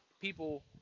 people